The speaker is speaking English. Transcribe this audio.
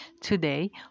today